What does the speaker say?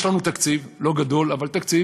יש לנו תקציב, לא גדול, אבל תקציב,